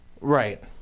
Right